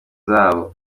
zabo